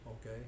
okay